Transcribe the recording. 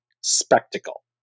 spectacle